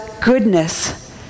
goodness